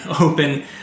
open